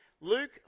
Luke